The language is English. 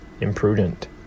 imprudent